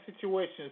situations